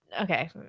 okay